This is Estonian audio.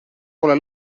pole